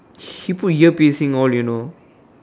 he put ear piercing all you know